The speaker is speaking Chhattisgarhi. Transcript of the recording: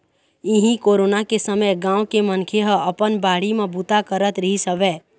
इहीं कोरोना के समे गाँव के मनखे ह अपन बाड़ी म बूता करत रिहिस हवय